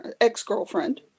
ex-girlfriend